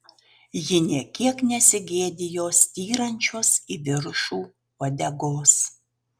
ji nė kiek nesigėdijo styrančios į viršų uodegos